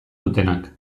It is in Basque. dutenak